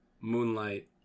Moonlight